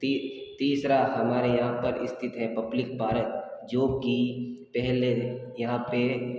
ती तीसरा हमारे यहाँ पर स्थित है पब्लिक पारक जो कि पहले यहाँ पे